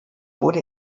wurde